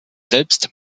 selbst